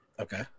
Okay